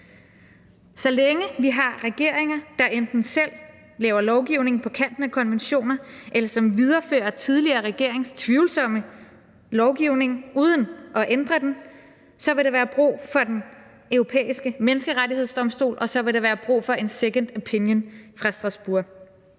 Så længe vi har regeringer, der enten selv laver lovgivning på kanten af konventioner, eller som viderefører tidligere regeringers tvivlsomme lovgivning uden at ændre den, vil der være brug for Den Europæiske Menneskerettighedsdomstol, og så vil der være brug